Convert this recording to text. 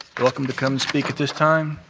you're welcome to come speak at this time.